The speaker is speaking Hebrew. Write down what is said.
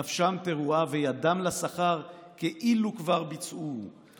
/ נפשם תרועה, וידם לשכר, כאילו כבר ביצעוהו, ".